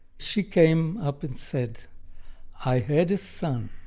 she came up and said i had a son,